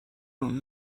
جون